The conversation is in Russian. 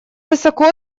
высоко